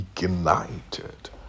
ignited